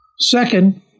Second